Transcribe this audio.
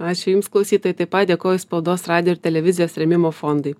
ačiū jums klausytojai taip pat dėkoju spaudos radijo ir televizijos rėmimo fondui